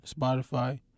Spotify